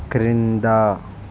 క్రింద